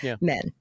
men